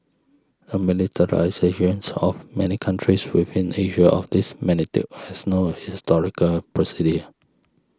a militarizations of many countries within Asia of this magnitude has no historical precedent